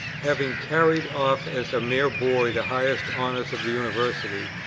having carried off as a mere boy the highest honours of the university,